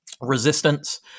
resistance